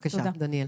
בבקשה, דניאל.